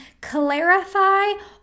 clarify